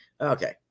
okay